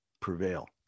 prevail